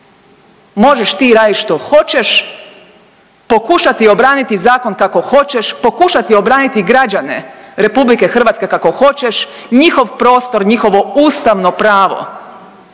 Možeš ti raditi što hoćeš, pokušati obraniti zakon kako hoćeš, pokušati obraniti građane RH kako hoćeš, njihov prostor, njihovo ustavno pravo